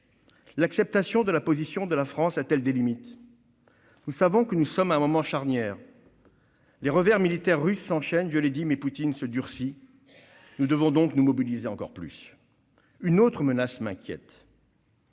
L'acceptation de la position de la France a-t-elle des limites ? Nous savons que nous sommes à un moment charnière. Les revers militaires russes s'enchaînent- je l'ai dit -, mais la position de Poutine se durcit, nous devons donc nous mobiliser encore plus. Une autre menace m'inquiète,